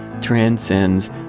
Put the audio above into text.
transcends